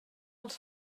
als